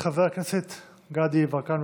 חבר הכנסת גדי יברקן,